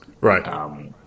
Right